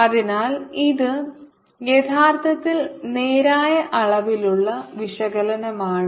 അതിനാൽ ഇത് യഥാർത്ഥത്തിൽ നേരായ അളവിലുള്ള വിശകലനമാണ്